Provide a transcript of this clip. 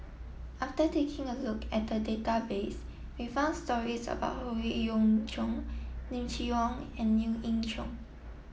after taking a look at the database we found stories about Howe Yoon Chong Lim Chee Onn and Lien Ying Chow